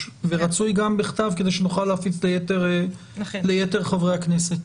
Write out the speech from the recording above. ורצוי גם בכתב כדי שנוכל להפיץ ליתר חברי הכנסת.